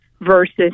versus